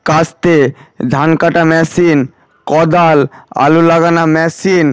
কাস্তে ধান কাটার মেশিন কোদাল আলু লাগানোর মেশিন